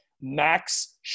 Max